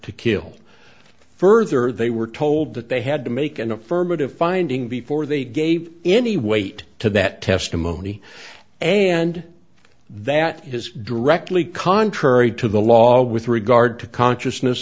to kill further they were told that they had to make an affirmative finding before they gave any weight to that testimony and that is directly contrary to the law with regard to consciousness